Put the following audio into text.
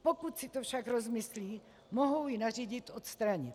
Pokud si to však rozmyslí, mohou ji nařídit odstranit.